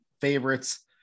favorites